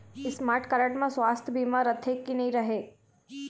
Smart card म सुवास्थ बीमा रथे की नई रहे?